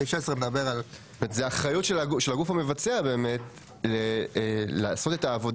זאת האחריות של הגוף המבצע לעשות את העבודה